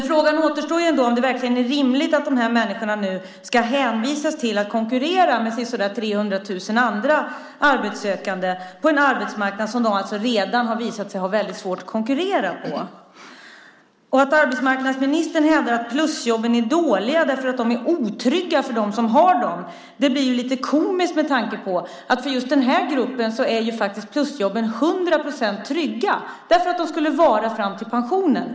Frågan återstår om det är rimligt att de här människorna nu ska hänvisas till att konkurrera med omkring 300 000 andra arbetssökande på en arbetsmarknad där det redan har visat sig att de har väldigt svårt att konkurrera. Att arbetsmarknadsministern hävdar att plusjobben är dåliga därför att de är otrygga för dem som har dem blir lite komiskt med tanke på att plusjobben för just den här gruppen är 100 procent trygga eftersom de skulle vara fram till pensionen.